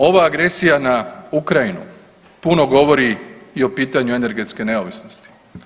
Ova agresija na Ukrajinu puno govori i o pitanju energetske neovisnosti.